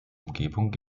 umgebung